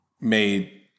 made